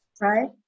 right